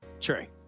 Trey